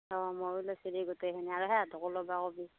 অঁ ময়ো লৈছোঁ দে গোটেইখিনি আৰু সেহাঁতকো ল'ব ক'বি